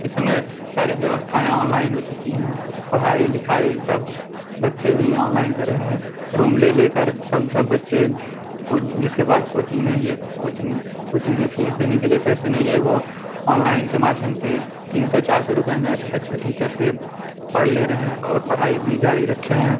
इस समय सारी व्यवस्थाएँ ऑनलाइन हो चुकी हैं पढ़ाई लिखाई सब बच्चे भी ऑनलाइन कर रहे हैं रूम ले लेकर सब सब बच्चे कुछ जिसके पास कोचिंग नहीं है कोचिंग कोचिंग में फ़ीस देने के लिए पैसे नहीं है वह ऑनलाइन के माध्यम से तीन सौ चार सौ रुपये में अच्छे अच्छे टीचर से पढ़ ले रहे हैं और पढ़ाई अपनी जारी रखे हैं